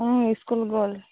school গ'ল